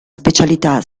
specialità